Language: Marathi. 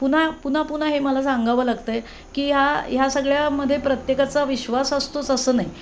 पुन्हा पुन्हा पुन्हा हे मला सांगावं लागत आ हे की ह्या ह्या सगळ्यामध्ये प्रत्येकाचा विश्वास असतोच असं नाही